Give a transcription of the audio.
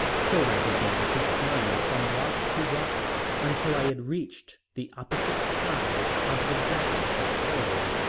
so i began to climb from rock to rock until i had reached the opposite side of the jagged plateau,